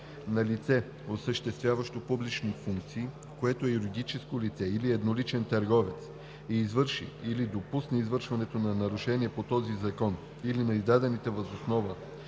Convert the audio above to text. На лице, осъществяващо публични функции, което е юридическо лице или едноличен търговец и извърши или допусне извършването на нарушение на този закон или на издадените въз основа